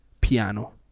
piano